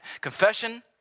Confession